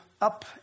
up